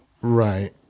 Right